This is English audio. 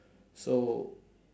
so